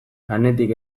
lanetik